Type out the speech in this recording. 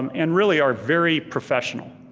um and really are very professional,